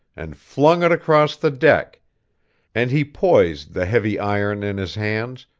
and flung it across the deck and he poised the heavy iron in his hands,